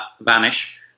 vanish